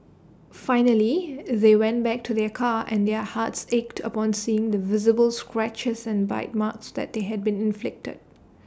finally they went back to their car and their hearts ached upon seeing the visible scratches and bite marks that had been inflicted